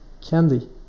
candy